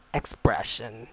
expression